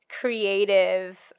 creative